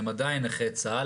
הם עדיין נכי צה"ל,